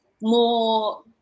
more